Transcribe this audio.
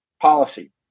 policy